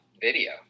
video